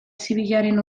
zibilaren